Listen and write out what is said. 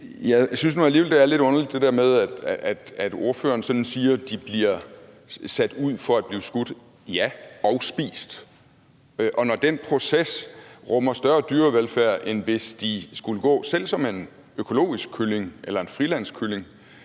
Jeg synes nu alligevel, det er lidt underligt, at ordføreren sådan siger, at de bliver sat ud for at blive skudt – ja, og spist, og når den proces rummer større dyrevelfærd, end hvis de skulle gå selv som en økologisk kylling eller en frilandskylling,